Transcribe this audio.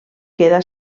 queda